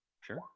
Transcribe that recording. Sure